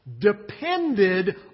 depended